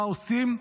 מה עושים?